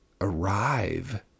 arrive